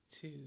two